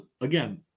again